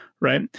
Right